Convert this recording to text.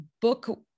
book